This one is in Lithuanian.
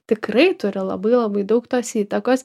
tikrai turi labai labai daug tos įtakos